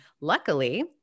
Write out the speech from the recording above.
luckily-